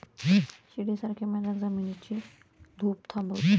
शिडीसारखे मैदान जमिनीची धूप थांबवते